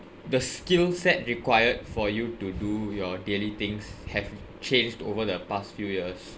the skill set required for you to do your daily things have changed over the past few years